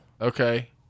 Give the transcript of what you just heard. Okay